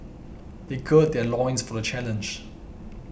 they gird their loins for the challenge